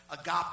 Agape